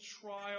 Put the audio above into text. trial